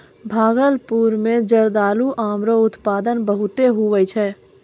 भागलपुर मे जरदालू आम रो उत्पादन बहुते हुवै छै